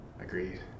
Agreed